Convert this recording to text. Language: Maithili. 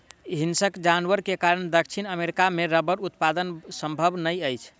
हिंसक जानवर के कारण दक्षिण अमेरिका मे रबड़ उत्पादन संभव नै अछि